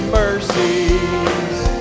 mercies